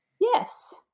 Yes